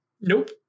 nope